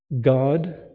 God